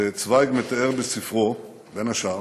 וצווייג מתאר בספרו בין השאר